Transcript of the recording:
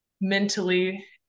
mentally